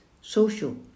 social